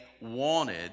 wanted